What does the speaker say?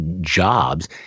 jobs